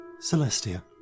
Celestia